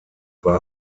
war